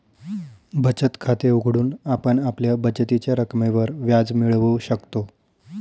बचत खाते उघडून आपण आपल्या बचतीच्या रकमेवर व्याज मिळवू शकतो